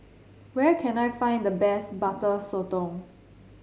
where can I find the best Butter Sotong